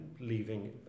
leaving